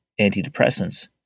antidepressants